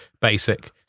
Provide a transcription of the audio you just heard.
basic